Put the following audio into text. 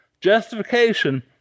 Justification